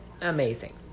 Amazing